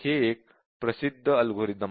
हे एक प्रसिद्ध अल्गोरिदम आहे